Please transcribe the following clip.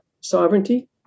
sovereignty